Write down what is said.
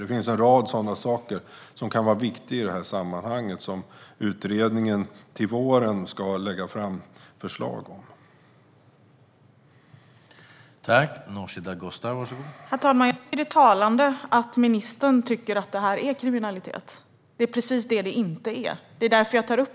Det finns en rad saker som kan vara viktiga i sammanhanget där utredningen ska lägga fram förslag till våren.